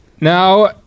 Now